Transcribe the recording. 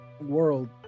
world